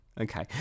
Okay